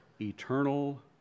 eternal